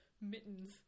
mittens